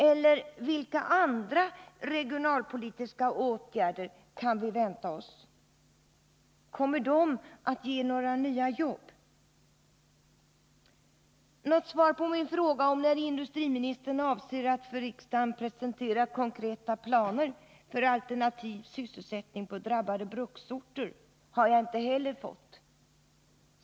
Eller vilka andra regionalpolitiska stödåtgärder kan vi vänta oss? Kommer de att ge några nya jobb? Något svar på min fråga om när industriministern avser att för riksdagen presentera konkreta planer för alternativ sysselsättning på drabbade bruksorter har jag inte heller fått.